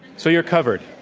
so you're covered.